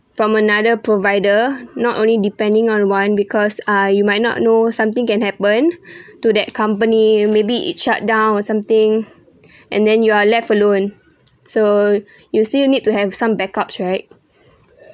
from another provider not only depending on one because ah you might not know something can happen to that company maybe it shut down or something and then you are left alone so you still need to have some backup track